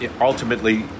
ultimately